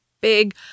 big